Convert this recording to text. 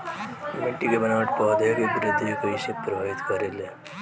मिट्टी के बनावट पौधन के वृद्धि के कइसे प्रभावित करे ले?